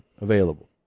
available